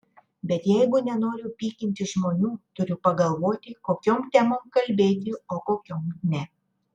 bet jeigu nenoriu pykinti žmonių turiu pagalvoti kokiom temom kalbėti o kokiom ne